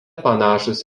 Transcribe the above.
panašūs